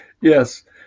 Yes